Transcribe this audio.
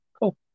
cool